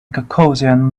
caucasian